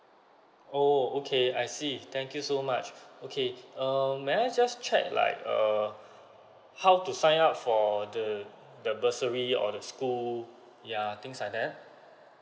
oh okay I see thank you so much okay um may I just check like err how to sign up for the the bursary or the school yeah things like that